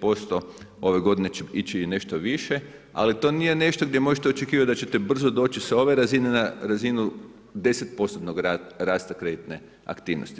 4%, ove godine će ići i nešto više, ali to nije nešto gdje možete očekivati da ćete brzo doći sa ove razine na razinu 10%-tnog rasta kreditne aktivnost.